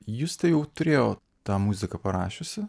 justė jau turėjo tą muziką parašiusi